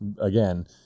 again